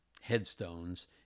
headstones